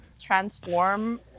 Transform